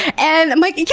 and i'm like, yeah